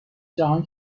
جهان